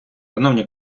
шановні